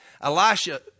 Elisha